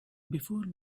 before